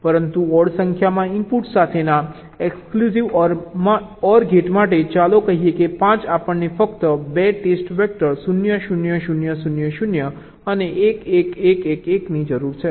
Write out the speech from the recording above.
પરંતુ ઓડ સંખ્યામાં ઇનપુટ્સ સાથેના એક્સક્લુસિવ OR ગેટ માટે ચાલો કહીએ કે 5 આપણને ફક્ત 2 ટેસ્ટ વેક્ટર 0 0 0 0 0 અને 1 1 1 1 1 ની જરૂર છે